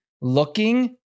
looking